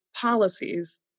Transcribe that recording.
policies